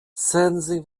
sensing